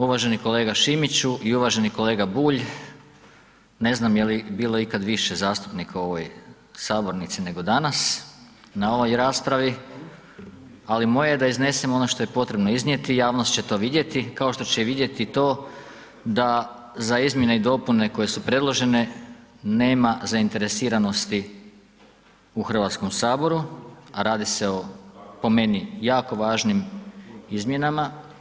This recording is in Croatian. Uvaženi kolega Šimiću i uvaženi kolega Bulj, ne znam je li bilo ikad više zastupnika u ovoj sabornici nego danas na ovoj raspravi, ali moje je da iznesem ono što je potrebno iznijeti, javnost će to vidjeti, kao što će i vidjeti to da izmjene i dopune koje su predložene nema zainteresiranosti u Hrvatskom saboru, a radi se o po meni jako važnim izmjenama.